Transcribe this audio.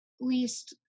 least